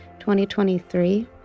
2023